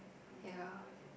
ya